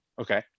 Okay